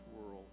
world